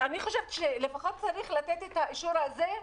אני חושבת שלפחות צריך לתת את האישור הזה,